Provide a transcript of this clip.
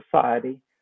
society